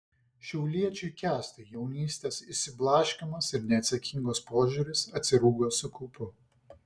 šiauliečiui kęstui jaunystės išsiblaškymas ir neatsakingas požiūris atsirūgo su kaupu